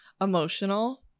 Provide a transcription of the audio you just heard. emotional